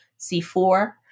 C4